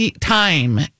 time